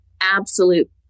absolute